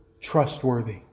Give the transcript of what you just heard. trustworthy